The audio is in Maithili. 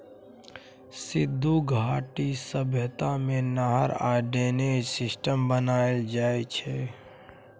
सिन्धु घाटी सभ्यता मे नहर आ ड्रेनेज सिस्टम बनाएल जाइ छै